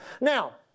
Now